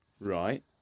Right